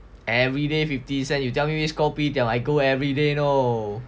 every day fifty cent you tell me which kopitiam I go everyday know